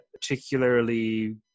particularly